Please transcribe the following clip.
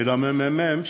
ולממ"מ,